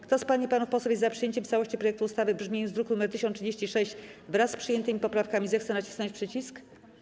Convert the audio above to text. Kto z pań i panów posłów jest za przyjęciem w całości projektu ustawy w brzmieniu z druku nr 1036, wraz z przyjętymi poprawkami, zechce nacisnąć przycisk.